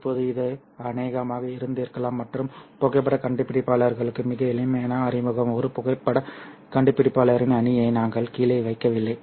இப்போது இது அநேகமாக இருந்திருக்கலாம் மற்றும் புகைப்படக் கண்டுபிடிப்பாளர்களுக்கு மிக எளிமையான அறிமுகம் ஒரு புகைப்படக் கண்டுபிடிப்பாளரின் அணியை நாங்கள் கீழே வைக்கவில்லை